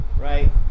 right